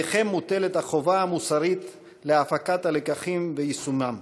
ועליכם מוטלת החובה המוסרית להפקת הלקחים ויישומם.